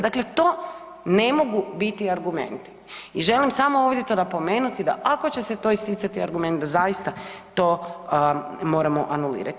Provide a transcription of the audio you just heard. Dakle, to ne mogu biti argumenti i želim samo ovdje to napomenuti da ako će se to isticati argument da zaista to moramo anulirati.